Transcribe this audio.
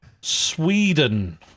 Sweden